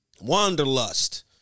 wanderlust